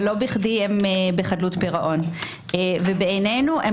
ולא בכדי הם בחדלות פירעון ובעינינו הם